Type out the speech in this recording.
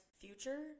future